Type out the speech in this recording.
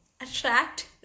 Attract